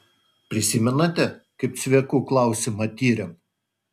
prisimenate kaip cviekų klausimą tyrėm